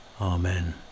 Amen